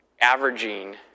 averaging